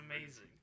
amazing